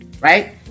right